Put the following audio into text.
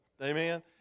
Amen